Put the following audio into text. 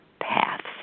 paths